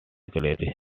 gallery